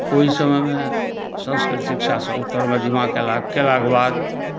ओहिसमयमे संस्कृत शिक्षासँ उत्तर मध्यमा कयलाके बाद